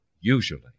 usually